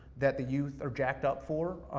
that the youth are jacked up for,